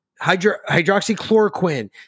hydroxychloroquine